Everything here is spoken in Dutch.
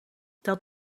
dat